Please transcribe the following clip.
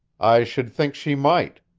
i should think she might.